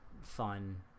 fun